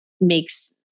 makes